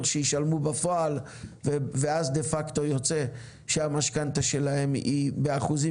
שישלמו בפועל ואז דה פקטו יוצא שהמשכנתא שלהם היא באחוזים